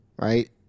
Right